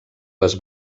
les